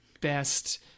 best